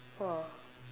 !wah!